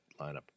lineup